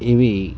ఇవి